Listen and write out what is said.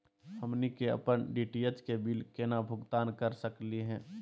हमनी के अपन डी.टी.एच के बिल केना भुगतान कर सकली हे?